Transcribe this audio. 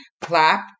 clap